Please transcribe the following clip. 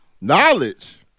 Knowledge